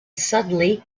suddenly